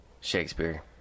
Shakespeare